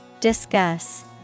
Discuss